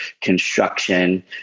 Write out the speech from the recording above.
construction